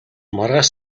маргааш